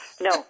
no